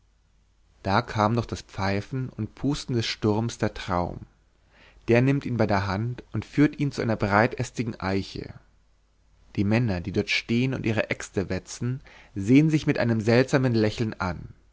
da kam durch das pfeifen und pusten des sturms der traum der nimmt ihn bei der hand und führt ihn zu einer breitästigen eiche die männer die dort stehen und ihre äxte wetzen sehen sich mit einem seltsamen lächeln an